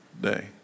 day